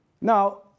Now